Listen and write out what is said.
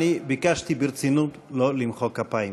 אני ביקשתי ברצינות לא למחוא כפיים,